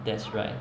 that's right